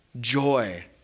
Joy